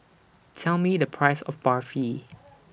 Tell Me The Price of Barfi